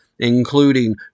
including